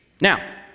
Now